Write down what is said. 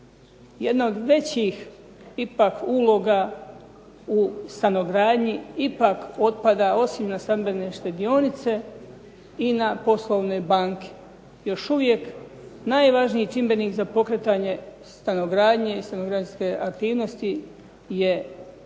Jedna od većih ipak uloga u stanogradnji ipak otpada osim na stambene štedionice i na poslovne banke. Još uvijek najvažniji čimbenik za pokretanje stanogradnje i stanograđevne aktivnosti su